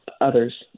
others